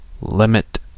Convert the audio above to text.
limit